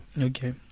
Okay